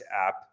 app